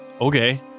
okay